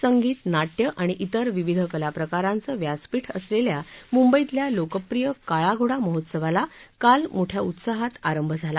संगीत नाट्य आणि तेर विविध कलाप्रकारांचं व्यासपीठ असलेल्या मुंबईतल्या लोकप्रिय काळा घोडा महोत्सवाला काल मोठ्या उत्साहात आरंभ झाला